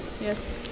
Yes